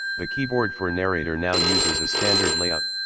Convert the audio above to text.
the keyboard for narrator now uses a standard layout.